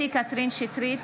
שטרית,